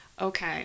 okay